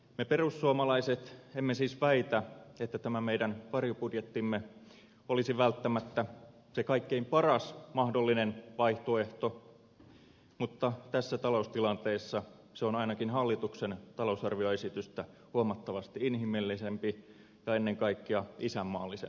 me perussuomalaiset emme siis väitä että tämä meidän varjobudjettimme olisi välttämättä se kaikkein paras mahdollinen vaihtoehto mutta tässä taloustilanteessa se on ainakin hallituksen talousarvioesitystä huomattavasti inhimillisempi ja ennen kaikkea isänmaallisempi vaihtoehto